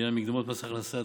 בעניין מקדמות מס הכנסה,